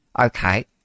Okay